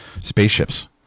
spaceships